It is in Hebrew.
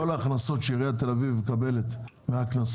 כל ההכנסות שעיריית תל אביב מקבלת מהקנסות